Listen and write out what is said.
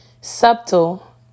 subtle